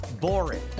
boring